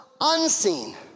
unseen